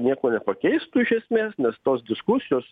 nieko nepakeistų iš esmės nes tos diskusijos